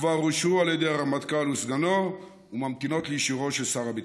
והן כבר אושרו על ידי הרמטכ"ל וסגנו וממתינות לאישורו של שר הביטחון.